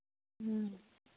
ᱦᱮᱸ